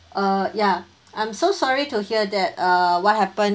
uh ya I'm so sorry to hear that uh what happened